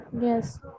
Yes